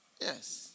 Yes